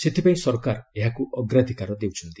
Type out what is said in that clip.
ସେଥିପାଇଁ ସରକାର ଏହାକୁ ଅଗ୍ରାଧିକାର ଦେଉଛନ୍ତି